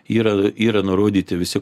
yra yra nurodyti visi